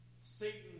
Satan